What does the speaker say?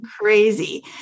Crazy